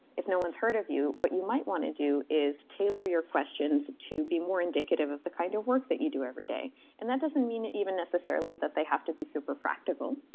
if no one's heard of you, what you might want to do is tailor your questions to be more indicative of the kind of work that you do every day and that doesn't mean even necessarily that they have to be super practical.